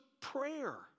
prayer